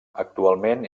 actualment